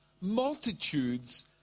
multitudes